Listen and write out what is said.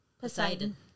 Poseidon